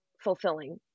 fulfilling